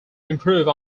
improve